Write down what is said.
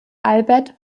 albert